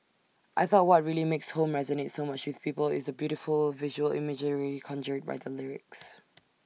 I thought what really makes home resonate so much with people is the beautiful visual imagery conjured by the lyrics